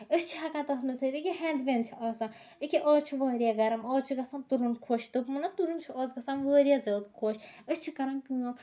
أسۍ چھِ ہیٚکان تَتھ منٛز تھٲیِتھ أکیاہ ہیندویند چھُ آسان أکیاہ آز چھُ واریاہ گرم آز چھُ گژھان تُرُن خۄش تہٕ مطلب تُرُن چھُ آز گژھان واریاہ زیادٕ خۄش أسۍ چھِ کران کٲم